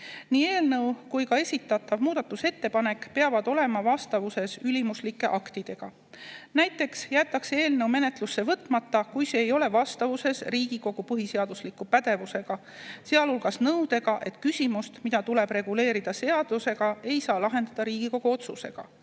Nii eelnõu kui ka esitatav muudatusettepanek peavad olema vastavuses ülimuslike aktidega. Näiteks jäetakse eelnõu menetlusse võtmata, kui see ei ole vastavuses Riigikogu põhiseadusliku pädevusega, sealhulgas nõudega, et küsimust, mida tuleb reguleerida seadusega, ei saa lahendada Riigikogu otsusega.